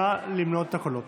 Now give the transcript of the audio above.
נא למנות את הקולות.